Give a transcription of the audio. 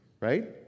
right